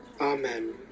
Amen